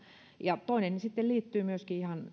toinen asia liittyy